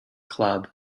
club